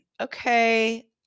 Okay